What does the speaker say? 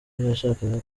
yashakaga